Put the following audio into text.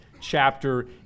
chapter